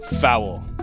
Foul